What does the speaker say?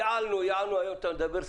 ייעלנו, ייעלנו, והיום אתה מדבר,